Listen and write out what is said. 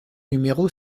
numéro